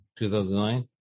2009